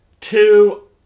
Two